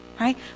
right